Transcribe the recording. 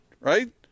Right